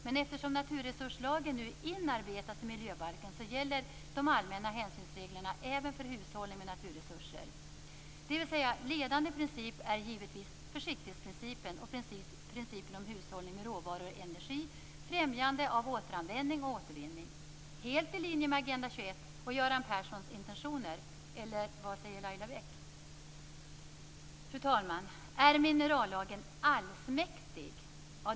Men eftersom naturresurslagen nu inarbetas i miljöbalken gäller de allmänna hänsynsreglerna även för hushållning med naturresurser. Ledande princip är givetvis försiktighetsprincipen och principen om hushållning med råvaror och energi, främjande av återanvändning och återvinning. Det är helt i linje med Agenda 21 och Göran Perssons intentioner, eller vad säger Laila Bäck? Fru talman! Är minerallagen allsmäktig?